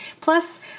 Plus